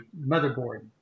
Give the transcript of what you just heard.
motherboard